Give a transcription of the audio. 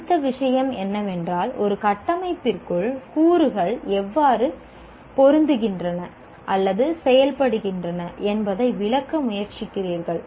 அடுத்த விஷயம் என்னவென்றால் ஒரு கட்டமைப்பிற்குள் கூறுகள் எவ்வாறு பொருந்துகின்றன அல்லது செயல்படுகின்றன என்பதை விளக்க முயற்சிக்கிறீர்கள்